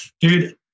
Dude